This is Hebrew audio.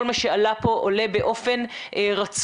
כל מה שעלה כאן עולה באופן רצוף.